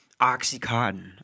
Oxycontin